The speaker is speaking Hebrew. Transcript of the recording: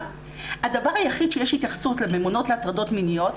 הדבר היחיד שיש התייחסות לממונות להטרדות מיניות,